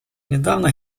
недавно